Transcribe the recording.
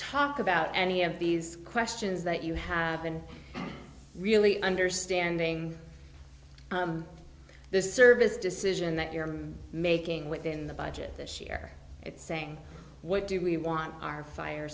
talk about any of these questions that you have been really understanding this service decision that you're making within the budget this year at saying what do we want our fire